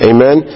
Amen